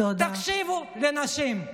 תקשיבו לנשים.